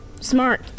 Smart